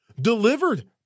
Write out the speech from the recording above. delivered